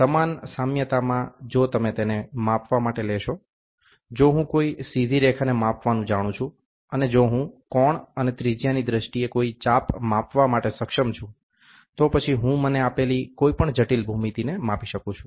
સમાન સામ્યતામાં જો તમે તેને માપવા માટે લેશો જો હું કોઈ સીધી રેખાને માપવાનું જાણું છું અને જો હું કોણ અને ત્રિજ્યા ની દ્રષ્ટિએ કોઈ ચાપ માપવા માટે સક્ષમ છું તો પછી હું મને આપેલી કોઈ પણ જટિલ ભૂમિતિ ને માપી શકું છું